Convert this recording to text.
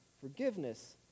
forgiveness